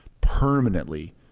permanently